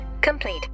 complete